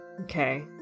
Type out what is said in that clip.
okay